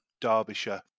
Derbyshire